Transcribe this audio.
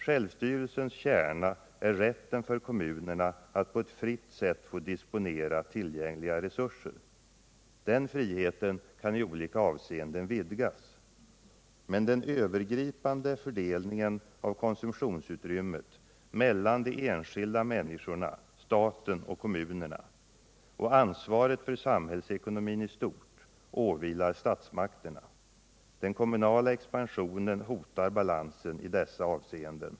Självstyrelsens kärna är rätten för kommunerna att på ett fritt sätt på disponera tillgängliga resurser. Den friheten kan i olika avseenden vidgas. Men den övergripande fördelningen av konsumtionsutrymmet mellan de enskilda människorna, staten och kommunerna samt ansvaret för samhällsekonomin i stort åvilar statsmakterna. Den kommunala expansionen hotar balansen i dessa avseenden.